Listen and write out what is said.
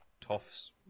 toffs